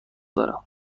دارم